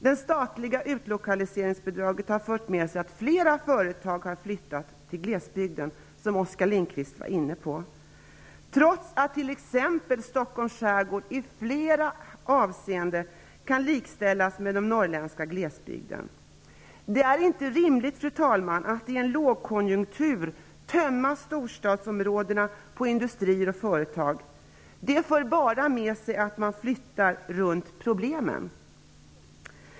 Det statliga utlokaliseringsbidraget har fört med sig att flera företag har flyttat till glesbygden, vilket Oskar Lindkvist nämnde, trots att t.ex. Stockholms skärgård i flera avseenden kan likställas med den norrländska glesbygden. Det är inte rimligt, fru talman, att i en lågkonjunktur tömma storstadsområdena på industrier och företag. Det för bara med sig att man flyttar runt problemen.